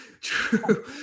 true